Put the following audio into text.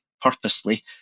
purposely